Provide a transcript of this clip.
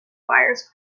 wires